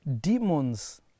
demons